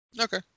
Okay